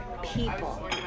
People